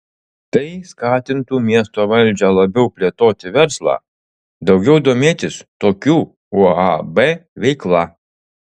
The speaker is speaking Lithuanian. tai skatintų miesto valdžią labiau plėtoti verslą daugiau domėtis tokių uab veikla